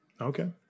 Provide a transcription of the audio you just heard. Okay